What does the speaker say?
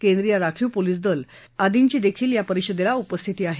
केंद्रीय राखीव पोलीस दल आदींची देखील या परिषदेला उपथिती आहे